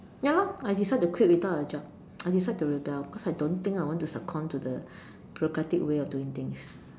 ya lah I decide to quit without a job I decide to rebel because I don't think I want to succumb to the bureaucratic way of doing things